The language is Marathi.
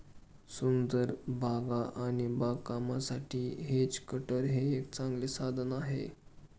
सुंदर बागा आणि बागकामासाठी हेज कटर हे एक चांगले साधन आहे